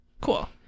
Cool